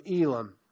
Elam